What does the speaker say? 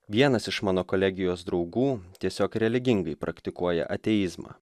vienas iš mano kolegijos draugų tiesiog religingai praktikuoja ateizmą